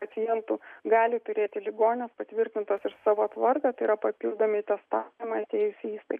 pacientų gali turėti ligoninės patvirtintos ir savo tvarka yra papildomi testavimai atėjus į įstaigą